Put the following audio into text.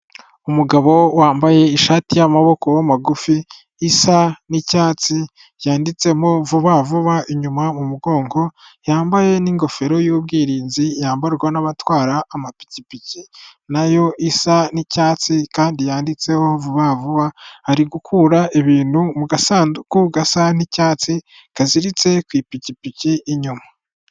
Umugabo wambaye ishati y'amaboko magufi, isa n'icyatsi yanditsemo vuba vuba inyuma mu mugongo, yambaye n'ingofero y'ubwirinzi yambarwa n'abatwara amapikipiki na yo isa n'icyatsi kandi yanditseho vuba vuba, ari gukura ibintu mu gasanduku gasa n'icyatsi, kaziritse ku ipikipiki inyuma.